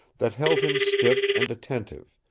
that held him stiff and attentive,